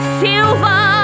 silver